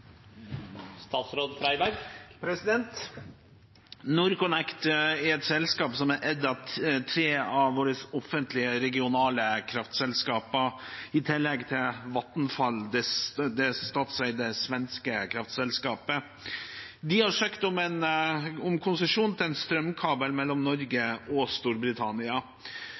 tre av våre offentlige regionale kraftselskaper – i tillegg til Vattenfall, det statseide svenske kraftselskapet. De har søkt om konsesjon til en strømkabel mellom Norge og Storbritannia.